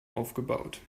aufgebaut